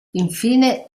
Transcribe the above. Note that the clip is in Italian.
infine